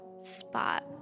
spot